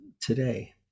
today